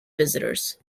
visitors